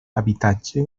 habitatge